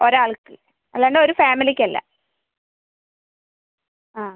ഒരാൾക്ക് അല്ലാണ്ട് ഒരു ഫാമിലിക്ക് അല്ല ആ